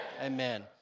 Amen